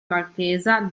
marchesa